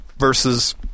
Versus